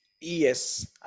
Yes